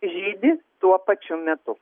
žydi tuo pačiu metu